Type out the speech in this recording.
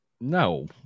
No